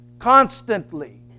Constantly